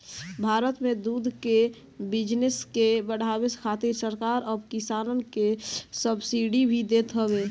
भारत में दूध के बिजनेस के बढ़ावे खातिर सरकार अब किसानन के सब्सिडी भी देत हवे